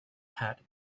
had